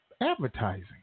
advertising